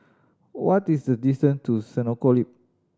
what is the distance to Senoko Loop